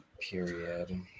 Period